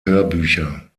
hörbücher